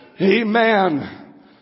Amen